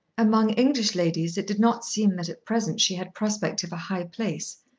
among english ladies it did not seem that at present she had prospect of a high place.